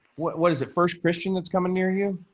what what is the first christian that's coming near you?